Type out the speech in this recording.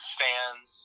fans